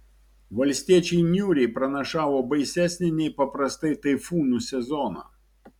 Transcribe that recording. valstiečiai niūriai pranašavo baisesnį nei paprastai taifūnų sezoną